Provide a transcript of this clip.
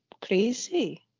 crazy